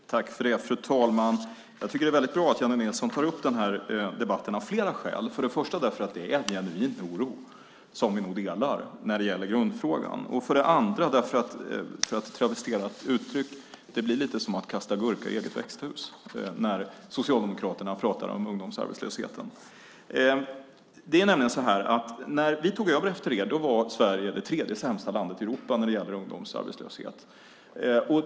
Fru talman! Jag tycker av flera skäl att det är väldigt bra att Jennie Nilsson tar upp den här debatten. För det första är det bra därför att det är en genuin oro som vi nog delar när det gäller grundfrågan, och för det andra därför att, för att travestera ett uttryck, det blir lite som att kasta gurka i växthus när Socialdemokraterna pratar om ungdomsarbetslösheten. När vi tog över efter er var Sverige det tredje sämsta landet i Europa när det gäller ungdomsarbetslöshet.